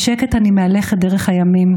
בשקט אני מהלכת דרך הימים,